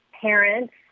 parents